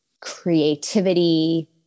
creativity